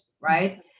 right